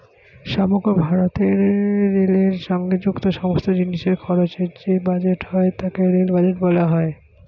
সমগ্র ভারতে রেলের সঙ্গে যুক্ত সমস্ত জিনিসের খরচের যে বাজেট হয় তাকে রেল বাজেট বলা হয়